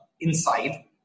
inside